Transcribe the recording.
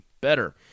better